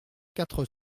quatre